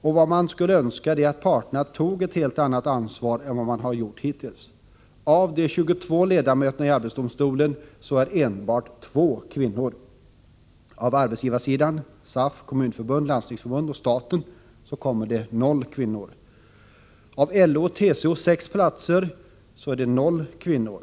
Vad man önskar är att parterna tar ett helt annat ansvar än vad man tagit hittills. Av de 22 ledamöterna i arbetsdomstolen är enbart två kvinnor. Från arbetsgivarsidan — SAF, Kommunförbundet, Landstingsförbundet och staten — kommer det noll kvinnor. På LO:s och TCO:s sex platser finns det noll kvinnor.